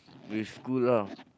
with school lah